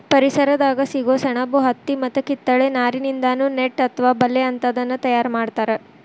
ಪರಿಸರದಾಗ ಸಿಗೋ ಸೆಣಬು ಹತ್ತಿ ಮತ್ತ ಕಿತ್ತಳೆ ನಾರಿನಿಂದಾನು ನೆಟ್ ಅತ್ವ ಬಲೇ ಅಂತಾದನ್ನ ತಯಾರ್ ಮಾಡ್ತಾರ